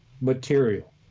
material